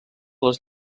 les